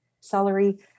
celery